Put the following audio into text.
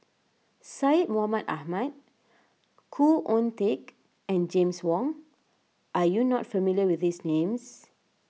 Syed Mohamed Ahmed Khoo Oon Teik and James Wong are you not familiar with these names